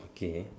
okay